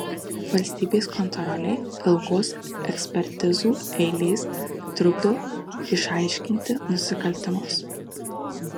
valstybės kontrolė ilgos ekspertizių eilės trukdo išaiškinti nusikaltimus